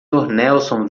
nelson